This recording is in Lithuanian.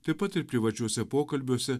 taip pat ir privačiuose pokalbiuose